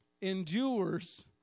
endures